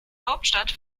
hauptstadt